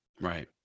Right